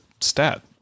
stat